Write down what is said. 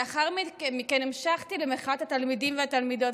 לאחר מכן המשכתי למחאת התלמידים והתלמידות,